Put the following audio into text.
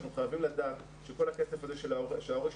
אנחנו חייבים לדעת שכל הכסף הזה שההורה שילם,